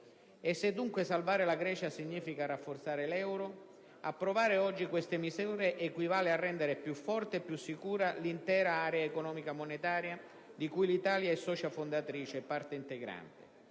E se, dunque, salvare la Grecia significa rafforzare l'euro, approvare oggi queste misure equivale a rendere più forte e più sicura l'intera area economica e monetaria di cui l'Italia è socia fondatrice e parte integrante.